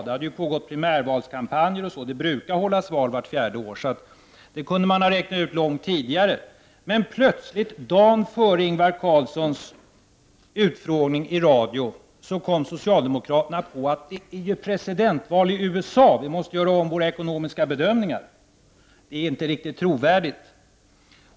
Det hade ju pågått primärvalskampanjer och det brukar hållas val vart fjärde år i USA, så detta hade man kunnat räkna ut tidigare. Om det nu var det amerikanska presidentvalet som låg bakom, var det ganska märkligt att socialdemokraterna plötsligt, dagen före utfrågningen av Ingvar Carlsson i radio, kom på att det var presidentval i USA och att de därför måste göra om sina ekonomiska bedömningar. Detta är inte riktigt trovärdigt.